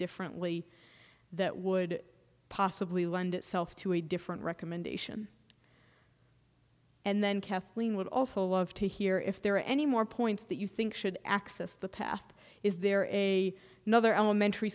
differently that would possibly lend itself to a different recommendation and then kathleen would also love to hear if there are any more points that you think should access the path is there a nother elementary